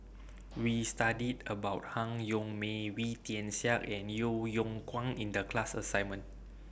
We studied about Han Yong May Wee Tian Siak and Yeo Yeow Kwang in The class assignment